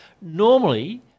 Normally